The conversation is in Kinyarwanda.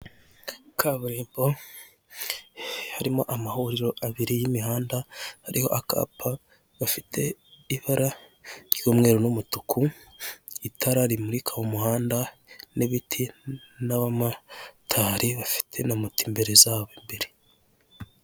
Kaburimbo harimo amahuriro abiri y'imihanda, ariho akapa gafite ibara ry'umweru n'umutuku, itara rimurika mu muhanda n'ibiti n'abamotari bafite na moto imbere zabo imbere.